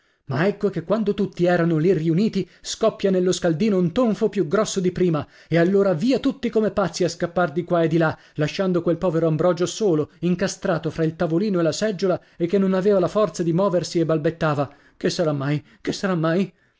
ma ecco che quando tutti erano lì riuniti scoppia nello scaldino un tonfo più grosso di prima e allora via tutti come pazzi a scappar di qua e di là lasciando quel povero ambrogio solo incastrato fra il tavolino e la seggiola e che non aveva la forza di moversi e balbettava che sarà mai che sarà mai